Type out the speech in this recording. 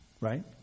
right